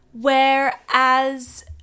whereas